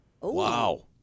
Wow